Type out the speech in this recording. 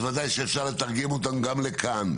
אז ודאי שאפשר לתרגם אותם גם לכאן.